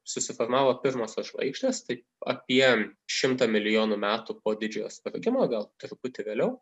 susiformavo pirmosios žvaigždės tai apie šimtą milijonų metų po didžiojo sprogimo gal truputį vėliau